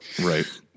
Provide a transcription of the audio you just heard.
right